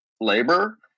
labor